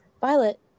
Violet